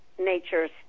nature's